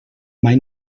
mai